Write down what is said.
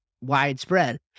widespread